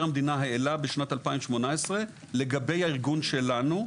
המדינה העלה בשנת 2018 לגבי הארגון שלנו,